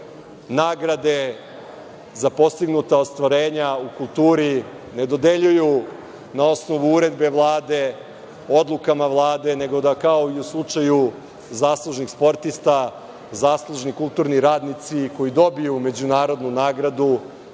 nagrade za postignuta ostvarenja u kulturi ne dodeljuju na osnovu uredbe Vlade, odlukama Vlade, nego da kao i u slučaju zaslužnih sportista, zaslužni kulturni radnici koji dobiju međunarodnu nagradu